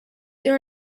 there